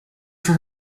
for